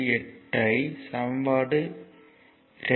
48 ஐ சமன்பாடு 2